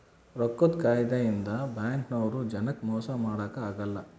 ರೊಕ್ಕದ್ ಕಾಯಿದೆ ಇಂದ ಬ್ಯಾಂಕ್ ನವ್ರು ಜನಕ್ ಮೊಸ ಮಾಡಕ ಅಗಲ್ಲ